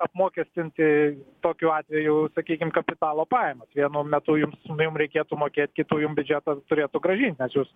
apmokestinti tokiu atveju sakykim kapitalo pajamas vienu metu jums reikėtų mokėt kitu jum biudžetas turėtų grąžint nes jūs